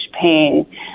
pain